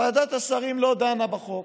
ועדת השרים לא דנה בחוק,